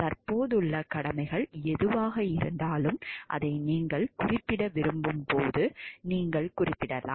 தற்போதுள்ள கடமைகள் எதுவாக இருந்தாலும் அதை நீங்கள் குறிப்பிட விரும்பும்போது நீங்கள் குறிப்பிடலாம்